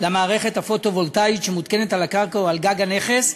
למערכת הפוטו-וולטאית שמותקנת על הקרקע או על גג הנכס.